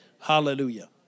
Hallelujah